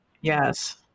Yes